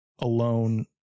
alone